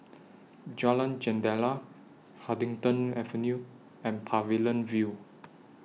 Jalan Jendela Huddington Avenue and Pavilion View